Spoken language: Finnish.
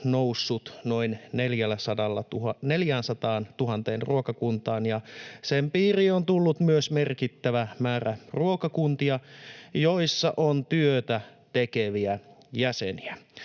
noussut noin 400 000 ruokakuntaan ja sen piiriin on tullut myös merkittävä määrä ruokakuntia, joissa on työtä tekeviä jäseniä.